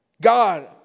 God